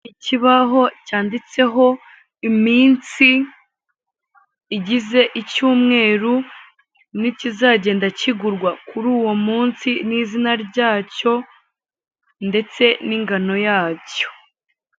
Ikibaho cyanditseho iminsi igize icyumweru ntikizagenda kigurwa kuri uwo munsi n'izina ryacyo ndetse n'ingano yacyo.